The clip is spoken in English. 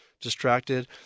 distracted